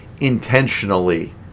intentionally